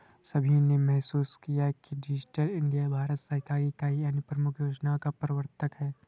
सभी ने महसूस किया है कि डिजिटल इंडिया भारत सरकार की कई अन्य प्रमुख योजनाओं का प्रवर्तक है